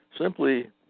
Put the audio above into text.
Simply